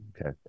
Okay